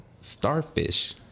Starfish